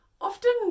often